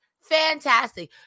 Fantastic